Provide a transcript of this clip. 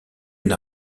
une